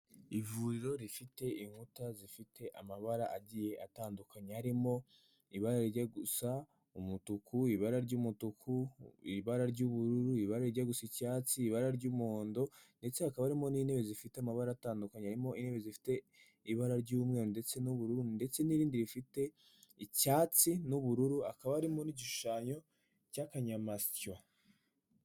Ivuriro rifite inkuta zifite amabara agiye atandukanye, harimo ibara rijya gusa umutuku, ibara ry'umutuku, ibara ry'ubururu, ibara rijya gusa icyatsi, ibara ry'umuhondo ndetse hakaba harimo n'intebe zifite amabara atandukanye, harimo intebe zifite ibara ry'umweru ndetse n'ubururu ndetse n'irindi rifite icyatsi n'ubururu, hakaba harimo n'igishushanyo cy'akanyayamashyo.